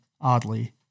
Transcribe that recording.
oddly